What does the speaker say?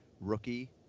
Rookie